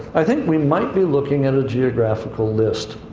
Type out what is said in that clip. i think we might be looking at a geographical list.